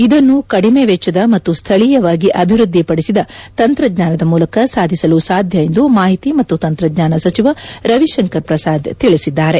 ಇದನ್ನು ಕಡಿಮೆ ವೆಚ್ಚದ ಮತ್ತು ಸ್ಲೇಯವಾಗಿ ಅಭಿವ್ವದ್ಲಿಪಡಿಸಿದ ತಂತ್ರಜ್ಞಾನದ ಮೂಲಕ ಸಾಧಿಸಲು ಸಾಧ್ಯ ಎಂದು ಮಾಹಿತಿ ಮತ್ತು ತಂತ್ರಜ್ಞಾನ ಸಚಿವ ರವಿಶಂಕರ್ ಪ್ರಸಾದ್ ತಿಳಿಸಿದ್ದಾರೆ